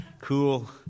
cool